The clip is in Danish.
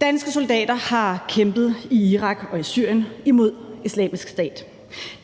Danske soldater har kæmpet i Irak og i Syrien imod Islamisk Stat.